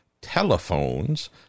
telephones